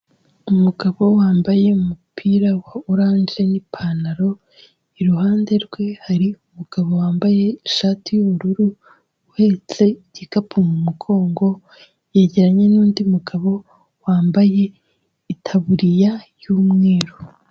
Umugabo wambaye umupira wa oranje n'ipantaro, iruhande rwe hari umugabo wambaye ishati y'ubururu, uhetse igikapu mumugongo, yegeranye n'undi mugabo wambaye itaburiya y'umweru.